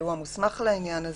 שהוא המוסמך לעניין הזה,